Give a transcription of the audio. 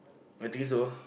I think so